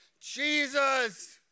Jesus